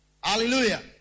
Hallelujah